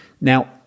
Now